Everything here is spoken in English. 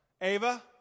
Ava